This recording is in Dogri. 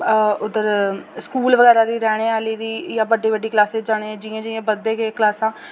उद्धर स्कूल बगैरा दी रैह्ने आह्ली दी जां बड्डी बड्डी क्लॉसें ई आनी जि'यां जि'यां बधदे गे क्लॉसां